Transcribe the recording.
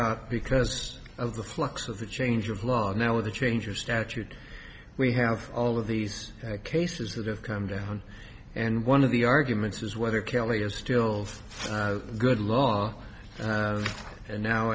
out because of the flux of the change of law now with the changes statute we have all of these cases that have come down and one of the arguments is whether kelly is still good law and now